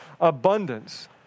abundance